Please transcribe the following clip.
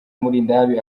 mulindahabi